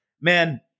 man